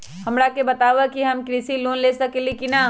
हमरा के बताव कि हम कृषि लोन ले सकेली की न?